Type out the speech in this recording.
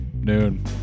noon